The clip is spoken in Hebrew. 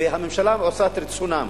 והממשלה עושה את רצונם.